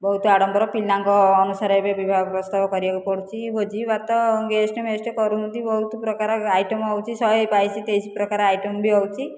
ବହୁତ ଆଡ଼ମ୍ବର ପିଲାଙ୍କ ଅନୁସାରେ ଏବେ ବିବାହ ପ୍ରସ୍ତାବ କରିବାକୁ ପଡ଼ୁଛି ଭୋଜିଭାତ ଗେଷ୍ଟ ମେଷ୍ଟ କରୁଛନ୍ତି ବହୁତ ପ୍ରକାର ଆଇଟମ ହେଉଛି ଶହେ ବାଇଶ ତେଇଶ ପ୍ରକାର ଆଇଟମ ବି ହେଉଛି